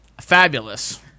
fabulous